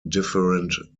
different